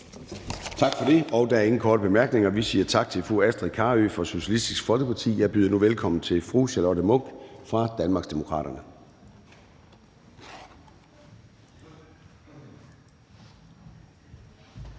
Tak for det. Der er ingen korte bemærkninger. Vi siger tak til fru Astrid Carøe fra Socialistisk Folkeparti. Jeg byder nu velkommen til fru Charlotte Munch fra Danmarksdemokraterne.